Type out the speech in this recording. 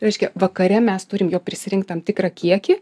reiškia vakare mes turim jo prisirinkt tam tikrą kiekį